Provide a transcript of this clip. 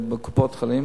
בקופות-חולים,